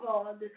God